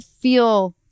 feel